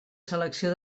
selecció